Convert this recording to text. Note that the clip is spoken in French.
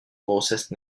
grossesse